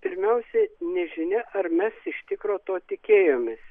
pirmiausia nežinia ar mes iš tikro to tikėjomės